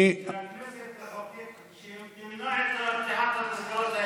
שהכנסת תחוקק, תמנע את פתיחת המסגרות האלה.